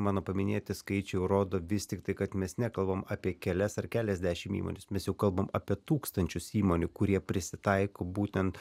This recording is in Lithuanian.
mano paminėti skaičiai rodo vis tiktai kad mes nekalbame apie kelias ar keliasdešimt įmonių misijų kalbame apie tūkstančius įmonių kurie prisitaiko būtent